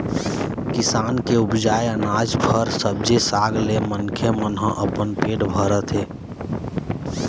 किसान के उपजाए अनाज, फर, सब्जी साग ले मनखे मन ह अपन पेट भरथे